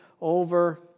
over